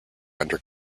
under